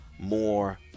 more